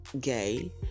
gay